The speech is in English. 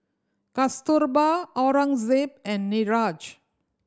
Kasturba Aurangzeb and Niraj